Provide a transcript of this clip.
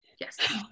yes